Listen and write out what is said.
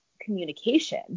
communication